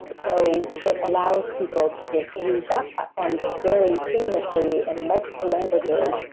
so it allows people to just use that platform to very seamlessly, in multiple languages,